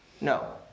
No